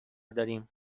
داریم